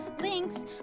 links